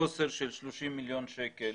חוסר של 30 מיליון שקלים,